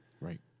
Right